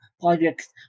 Projects